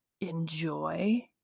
enjoy